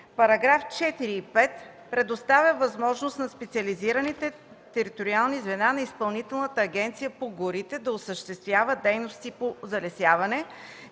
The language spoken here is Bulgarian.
Параграфи 4 и 5 предоставят възможност на специализираните териториални звена на Изпълнителната агенция по горите да осъществява дейности по залесяване